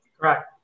Correct